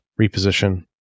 reposition